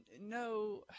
No